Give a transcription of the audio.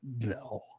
No